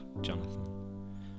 Jonathan